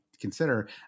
consider